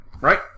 right